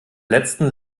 letzten